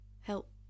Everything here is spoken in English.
help